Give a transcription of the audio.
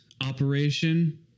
Operation